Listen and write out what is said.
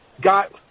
got